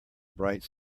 bright